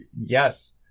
yes